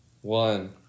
one